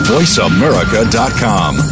VoiceAmerica.com